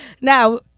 Now